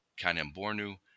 Kanembornu